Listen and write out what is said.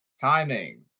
timing